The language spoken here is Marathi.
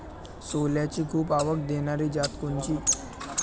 सोल्याची खूप आवक देनारी जात कोनची?